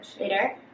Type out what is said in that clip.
later